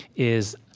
is,